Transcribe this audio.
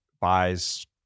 buys